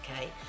Okay